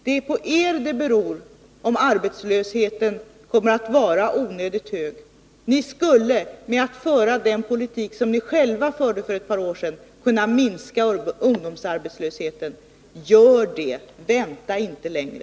Det är på er det beror om arbetslösheten kommer att vara onödigt hög. Ni skulle med att föra den politik som ni själva förde för ett par år sedan kunna minska ungdomsarbetslösheten. Gör det — vänta inte längre!